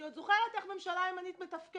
אני עוד זוכרת איך ממשלה ימנית מתפקדת,